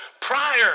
prior